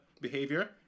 behavior